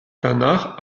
danach